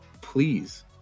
please